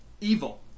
evil